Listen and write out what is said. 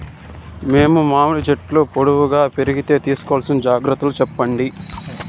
మేము మామిడి చెట్లు పొడువుగా పెరిగేకి తీసుకోవాల్సిన జాగ్రత్త లు చెప్పండి?